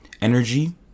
energy